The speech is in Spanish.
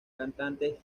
cantante